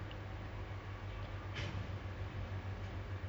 I cannot ah I just for me I feel I get